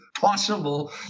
possible